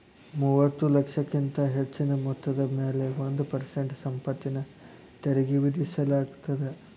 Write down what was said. ಮೂವತ್ತ ಲಕ್ಷಕ್ಕಿಂತ ಹೆಚ್ಚಿನ ಮೊತ್ತದ ಮ್ಯಾಲೆ ಒಂದ್ ಪರ್ಸೆಂಟ್ ಸಂಪತ್ತಿನ ತೆರಿಗಿ ವಿಧಿಸಲಾಗತ್ತ